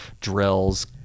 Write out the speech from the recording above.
drills